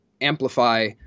amplify